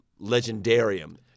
legendarium